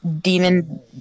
demon